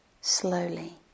slowly